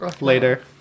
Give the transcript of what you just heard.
Later